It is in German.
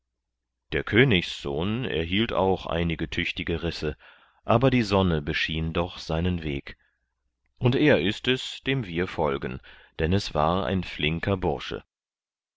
der königssohn erhielt auch einige tüchtige risse aber die sonne beschien doch seinen weg und er ist es dem wir nun folgen denn es war ein flinker bursche